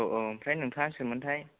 औ औ ओमफ्राय नोंथाङा सोरमोनथाय